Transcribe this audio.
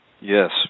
Yes